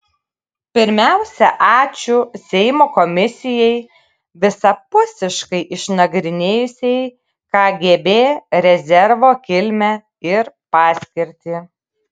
pirmiausia ačiū seimo komisijai visapusiškai išnagrinėjusiai kgb rezervo kilmę ir paskirtį